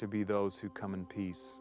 to be those who come in peace